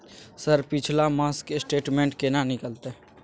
Sir पिछला मास के स्टेटमेंट केना निकलते?